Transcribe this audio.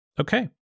Okay